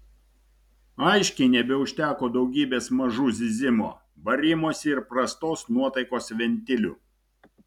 aiškiai nebeužteko daugybės mažų zyzimo barimosi ir prastos nuotaikos ventilių